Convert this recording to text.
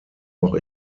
noch